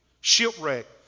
shipwreck